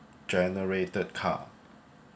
generated car